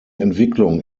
entwicklung